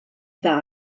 dda